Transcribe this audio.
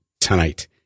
tonight